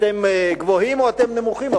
אתם גבוהים או אתם נמוכים?